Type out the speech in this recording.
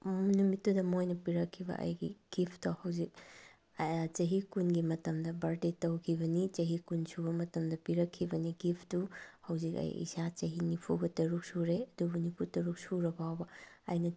ꯅꯨꯃꯤꯠꯇꯨꯗ ꯃꯣꯏꯅ ꯄꯤꯔꯛꯈꯤꯕ ꯑꯩꯒꯤ ꯒꯤꯐꯇꯣ ꯍꯧꯖꯤꯛ ꯆꯍꯤ ꯀꯨꯟꯒꯤ ꯃꯇꯝꯗ ꯕꯥꯔꯗꯦ ꯇꯧꯈꯤꯕꯅꯤ ꯆꯍꯤ ꯀꯨꯟꯁꯨꯕ ꯃꯇꯝꯗ ꯄꯤꯔꯛꯈꯤꯕꯅꯤ ꯒꯤꯐꯇꯨ ꯍꯧꯖꯤꯛ ꯑꯩ ꯏꯁꯥ ꯆꯍꯤ ꯅꯤꯐꯨꯒ ꯇꯔꯨꯛ ꯁꯨꯔꯦ ꯑꯗꯨꯕꯨ ꯅꯤꯐꯨ ꯇꯔꯨꯛ ꯁꯨꯔ ꯐꯥꯎꯕ ꯑꯩꯅ